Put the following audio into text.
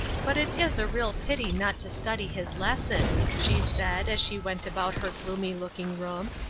but it is a real pity not to study his lesson, she said, as she went about her gloomy-looking room.